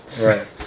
Right